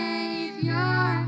Savior